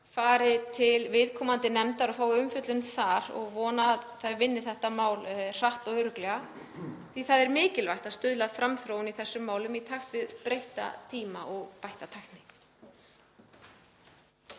fari til viðkomandi nefndar og fái umfjöllun þar og vona að hún vinni þetta mál hratt og örugglega því það er mikilvægt að stuðla að framþróun í þessum málum í takt við breytta tíma og bætta tækni.